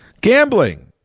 Gambling